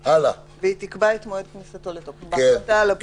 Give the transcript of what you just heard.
"...והיא תקבע את מועד כניסתו לתוקף" ההחלטה על הביטול.